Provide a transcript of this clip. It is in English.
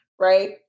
right